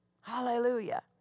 Hallelujah